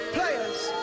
Players